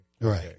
Right